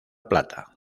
plata